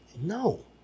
No